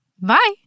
Bye